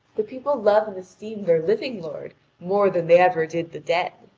the people love and esteem their living lord more than they ever did the dead.